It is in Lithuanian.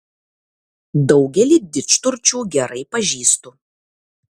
daugelį didžturčių gerai pažįstu